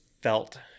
felt